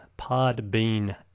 Podbean